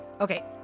Okay